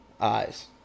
eyes